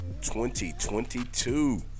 2022